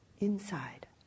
inside